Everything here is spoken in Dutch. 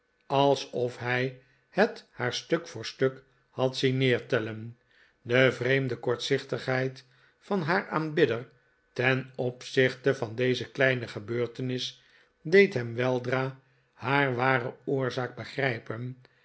alsof hij het haar stuk voor stuk had zien neertellen de vreemde kortzichtigheid van haar aanbidder ten opzichte van deze kleine gebeurtenis deed hem weldra haar ware oorzaak begrijpen